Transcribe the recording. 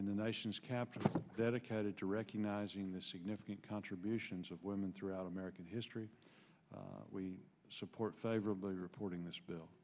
in the nation's capital dedicated to recognizing the significant contributions of women throughout american history we support favorably reporting this bill